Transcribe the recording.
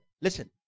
Listen